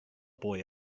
boy